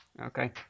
Okay